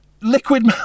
Liquid